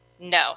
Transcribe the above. No